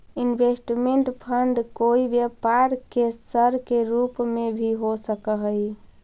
investment fund कोई व्यापार के सर के रूप में भी हो सकऽ हई